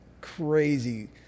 crazy